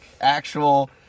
actual